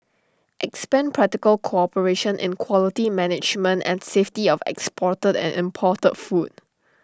expand practical cooperation in quality management and safety of exported and imported food